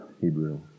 Hebrew